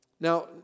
Now